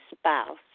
spouse